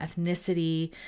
ethnicity